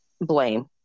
Blame